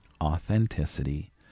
authenticity